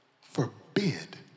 forbid